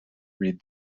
read